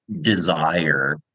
desire